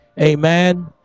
amen